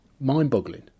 mind-boggling